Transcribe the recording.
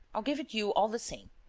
i'll give it you all the same.